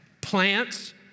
plants